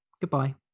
Goodbye